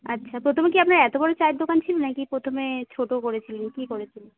আচ্ছা প্রথমে কি আপনার এত বড়ো চায়ের দোকান ছিল নাকি প্রথমে ছোটো করেছিলেন কী করেছিলেন